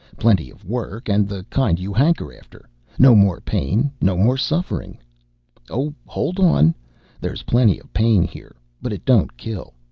plenty of work, and the kind you hanker after no more pain, no more suffering oh, hold on there's plenty of pain here but it don't kill.